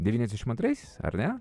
devyniasdešimt antraisiais ar ne